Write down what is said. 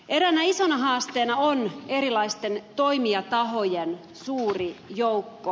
eräänä isona haasteena on erilaisten toimijatahojen suuri joukko